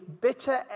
bitter